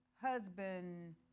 husband